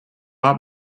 grab